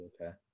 Okay